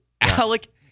Alec